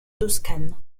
toscane